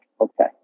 okay